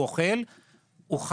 לאכול ולשמור על היגיינה,